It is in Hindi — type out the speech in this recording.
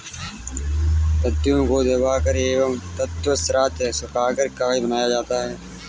तन्तुओं को दबाकर एवं तत्पश्चात सुखाकर कागज बनाया जाता है